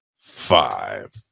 five